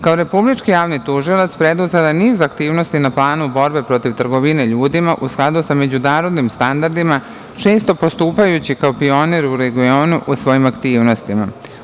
Kao Republički javni tužilac, preduzela je niz aktivnosti na planu borbe protiv trgovine ljudima, u skladu sa međunarodnim standardima, često postupajući kao pionir u regionu u svojim aktivnostima.